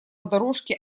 дорожке